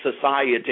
society